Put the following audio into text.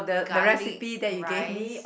garlic rice